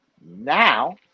Now